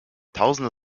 tausende